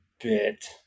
bit